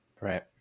right